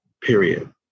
Period